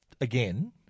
again